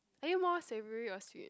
are you more savory or sweet